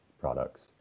products